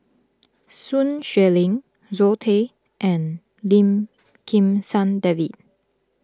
Sun Xueling Zoe Tay and Lim Kim San David